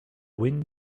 wind